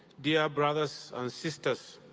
dear brothers and sisters.